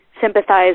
sympathize